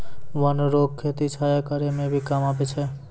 वन रो खेती छाया करै मे भी काम आबै छै